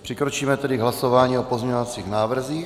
Přikročíme tedy k hlasování o pozměňovacích návrzích.